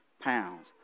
pounds